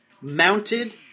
mounted